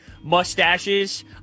mustaches